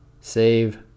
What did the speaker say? Save